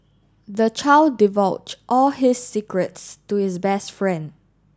the child divulged all his secrets to his best friend